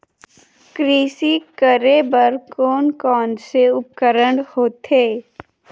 कृषि करेबर कोन कौन से उपकरण होथे?